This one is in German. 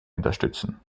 unterstützen